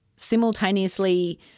simultaneously